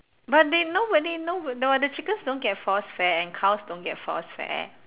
but they know whether you know the what the chickens don't get force fed and cows don't get force fed